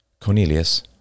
Cornelius